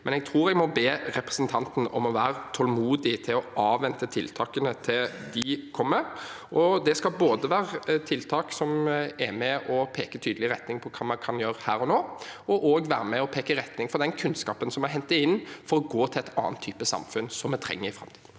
til. Jeg tror jeg må be representanten om å være tålmodig og avvente tiltakene til de kommer. Det skal være tiltak som både er med og peker tydelig retning på hva man kan gjøre her og nå, og også er med og peker retning for den kunnskapen som vi henter inn for å gå til en annen type samfunn, som vi trenger framover.